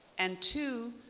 and two,